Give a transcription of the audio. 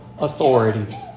authority